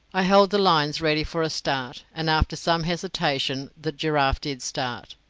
i held the lines ready for a start, and after some hesitation the giraffe did start,